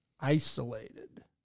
isolated